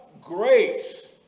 grace